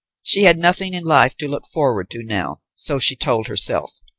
she had nothing in life to look forward to now so she told herself,